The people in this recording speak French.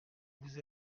vous